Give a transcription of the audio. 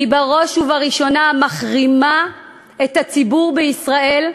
היא בראש ובראשונה מחרימה את הציבור בישראל,